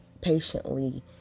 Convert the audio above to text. patiently